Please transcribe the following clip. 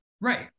right